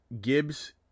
Gibbs